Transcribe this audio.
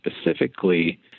specifically